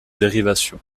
dérivation